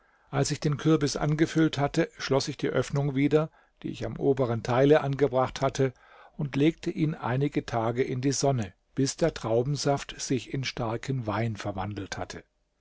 als ich den kürbis angefüllt hatte schloß ich die öffnung wieder die ich am oberen teile angebracht hatte und legte ihn einige tage in die sonne bis der traubensaft sich in starken wein verwandelt hatte